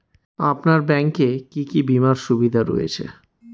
আপনার ব্যাংকে কি কি বিমার সুবিধা রয়েছে?